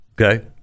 okay